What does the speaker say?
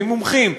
ממומחים,